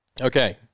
Okay